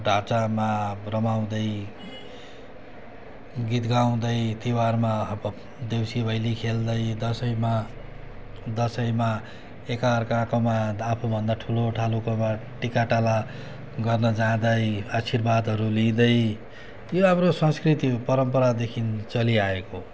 ढाँचामा रमाउँदै गीत गाउँदै तिहारमा अब देउसी भैली खेल्दै दसैँमा दसैँमा एकाअर्काकोमा आफूभन्दा ठुलोठालोकोबाट टिकाटाला गर्नु जाँदै आशीर्वादहरू लिँदै त्यो हाम्रो संस्कृति हो परम्परादेखि चलिआएको हो